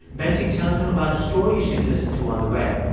betsy tells him about the stories she's listened to on the way.